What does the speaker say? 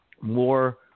more